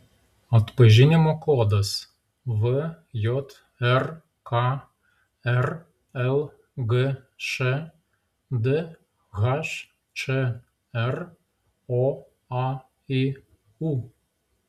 atpažinimo kodas vjrk rlgš dhčr oaiu